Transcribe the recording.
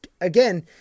Again